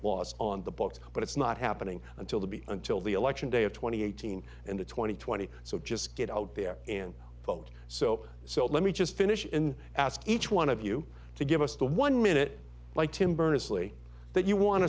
laws on the books but it's not happening until to be until the election day of twenty eighteen and twenty twenty so just get out there and vote so so let me just finish and ask each one of you to give us the one minute by tim berners lee that you